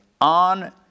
on